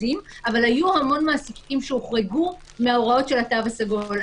אבל היו המון מעסיקים שהוחרגו מההוראות של התו הסגול,